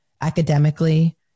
academically